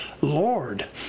Lord